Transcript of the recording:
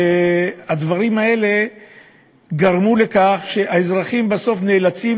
הדברים האלה גרמו לכך שהאזרחים בסוף נאלצים,